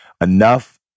enough